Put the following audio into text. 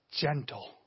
gentle